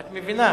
אדוני,